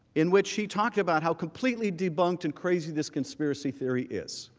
in which he talked about how completely debunked and crazy this conspiracy theory is.